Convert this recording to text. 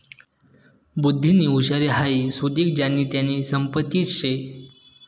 बुध्दीनी हुशारी हाई सुदीक ज्यानी त्यानी संपत्तीच शे